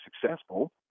successful